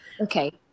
Okay